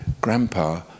Grandpa